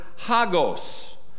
hagos